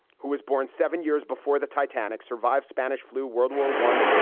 who was born seven years before the titanic, survive spanish flu, world war one,